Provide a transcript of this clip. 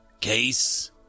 Case